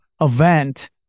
event